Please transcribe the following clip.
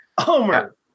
Homer